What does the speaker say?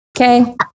Okay